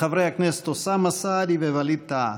לחברי הכנסת אוסאמה סעדי ווליד טאהא.